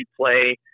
play